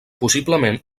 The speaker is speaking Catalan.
possiblement